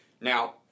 Now